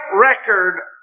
record